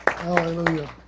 Hallelujah